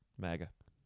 mega